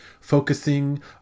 focusing